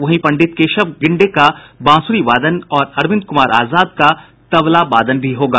वहीं पंडित केशव गिंडे का बांसुरी वादन और अरविंद कुमार आजाद का तबला वादन भी होगा